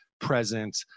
present